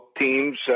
teams